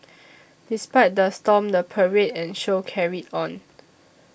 despite the storm the parade and show carried on